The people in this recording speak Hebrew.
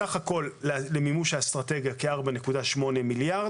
סך הכל למימוש האסטרטגיה - כ-4.8 מיליארד,